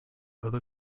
other